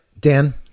Dan